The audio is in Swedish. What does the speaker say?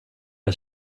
jag